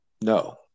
No